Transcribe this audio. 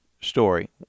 story